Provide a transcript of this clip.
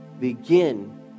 Begin